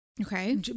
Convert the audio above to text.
okay